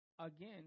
again